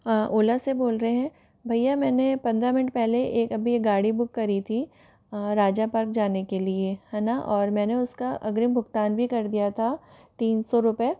ओला से बोल रहे हैं भैया मैंने पंद्रह मिनट पहले एक अभी एक गाड़ी बुक करी थी राजा पार्क जाने के लिए है ना और मैंने उसका अग्रिम भुगतान भी कर दिया था तीन सौ रुपए